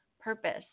purpose